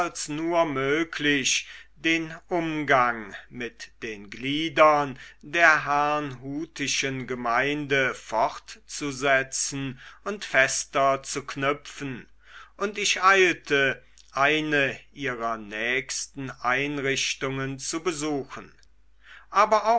nur möglich den umgang mit den gliedern der herrnhutischen gemeine fortzusetzen und fester zu knüpfen und ich eilte eine ihrer nächsten einrichtungen zu besuchen aber